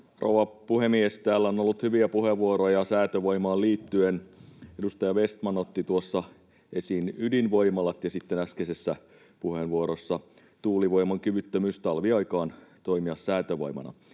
Rouva puhemies! Täällä on ollut hyviä puheenvuoroja säätövoimaan liittyen. Edustaja Vestman otti tuossa esiin ydinvoimalat, ja sitten äskeisessä puheenvuorossa tuulivoiman kyvyttömyys talviaikaan toimia säätövoimana.